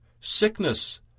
sickness